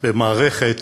במערכת